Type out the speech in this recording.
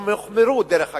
הם הוחמרו, דרך אגב,